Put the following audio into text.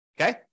Okay